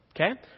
Okay